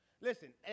Listen